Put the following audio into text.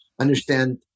understand